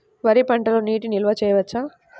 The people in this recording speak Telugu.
వరి పంటలో నీటి నిల్వ చేయవచ్చా?